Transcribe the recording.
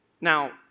Now